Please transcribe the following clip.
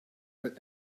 but